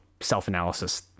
self-analysis